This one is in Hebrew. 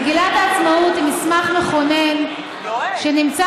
מגילת העצמאות היא מסמך מכונן שנמצא